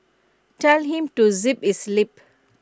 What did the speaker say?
tell him to zip his lip